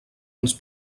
ens